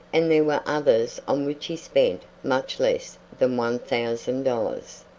and there were others on which he spent much less than one thousand dollars,